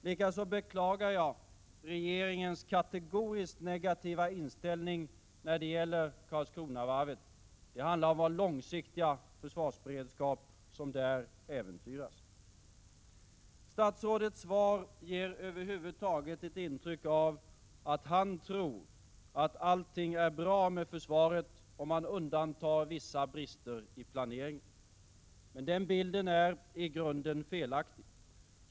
Likaså beklagar jag regeringens kategoriskt negativa inställning när det gäller Karlskronavarvet. Det handlar om att vår långsiktiga försvarsberedskap äventyras. Statsrådets svar ger över huvud taget ett intryck av att han tror att allting är bra med försvaret om man undantar vissa brister i planeringen. Men den bilden är i grunden felaktig.